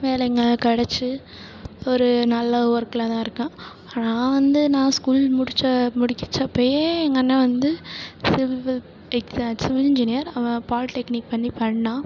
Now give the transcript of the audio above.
வேலைங்க கெடைச்சி ஒரு நல்ல ஒர்க்கில் தான் இருக்கேன் நான் வந்து நான் ஸ்கூல் முடித்த முடிக்கிச்சப்பையே எங்கள் அண்ணன் வந்து சிவில் டெக்ஸா சிவில் என்ஜினியர் அவன் பாலிடெக்னிக் பண்ணி பண்ணான்